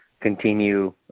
continue